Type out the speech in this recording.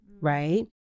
right